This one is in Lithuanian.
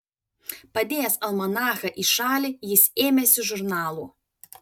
padėjęs almanachą į šalį jis ėmėsi žurnalų